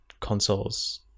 consoles